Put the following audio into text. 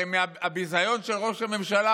הרי הביזיון של ראש הממשלה,